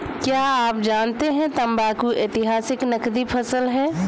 क्या आप जानते है तंबाकू ऐतिहासिक नकदी फसल है